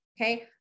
Okay